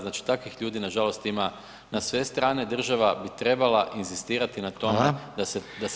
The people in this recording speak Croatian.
Znači takvih ljudi nažalost ima na sve strane, država bi trebala inzistirati na tome da se